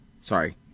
Sorry